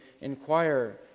inquire